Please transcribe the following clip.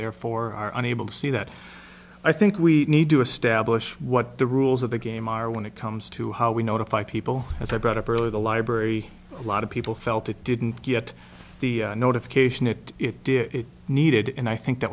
therefore are unable to see that i think we need to establish what the rules of the game are when it comes to how we notify people as i brought up earlier the library a lot of people felt it didn't get the notification that it did it needed and i think that